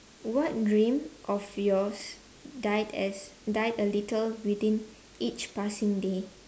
what dream of yours died as died a little within each passing day